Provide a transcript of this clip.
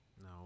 no